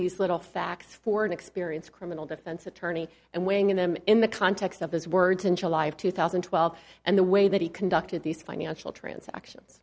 these little facts for an experience criminal defense attorney and weighing in them in the context of his words in july of two thousand and twelve and the way that he conducted these financial transactions